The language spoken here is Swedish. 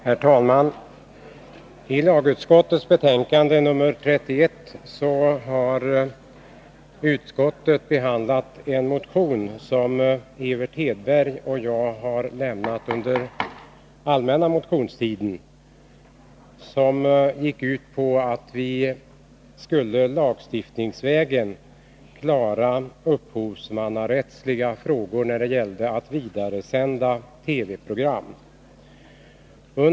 Herr talman! I lagutskottets betänkande 31 har utskottet behandlat en motion, som Evert Hedberg och jag har väckt under allmänna motionstiden. Den gick ut på att vi lagstiftningsvägen skulle lösa upphovsmannarättsliga frågor när det gäller att vidaresända TV-program.